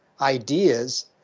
ideas